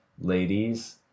ladies